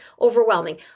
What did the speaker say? overwhelming